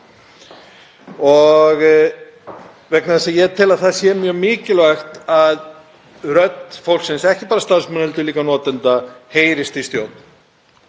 vegna þess að ég tel að það sé mjög mikilvægt að rödd fólksins, ekki bara starfsmanna heldur líka notenda, heyrist í stjórn.